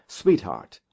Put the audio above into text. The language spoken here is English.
sweetheart